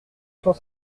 cent